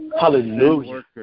Hallelujah